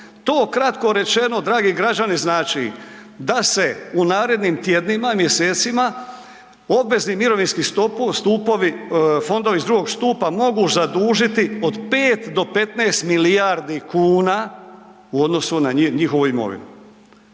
To kratko rečeno dragi građani znači da se u narednim tjednima i mjesecima obvezni mirovinski stupovi, fondovi iz drugog stupa mogu zadužiti od 5 do 15 milijardi kuna u odnosu na njihovu imovinu.